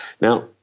Now